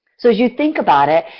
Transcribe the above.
so, as you think about it,